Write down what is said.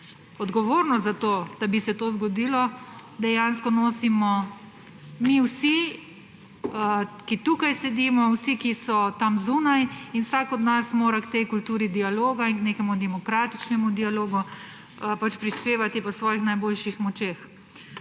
Odgovornost za to, da bi se to zgodilo, dejansko nosimo mi vsi, ki tukaj sedimo, vsi, ki so tam zunaj. Vsak od nas mora k tej kulturi dialoga in k nekemu demokratičnemu dialogu prispevati po svojih najboljših močeh.